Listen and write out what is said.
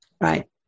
Right